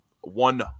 one